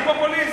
אני פופוליסט?